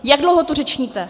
Jak dlouho tu řečníte?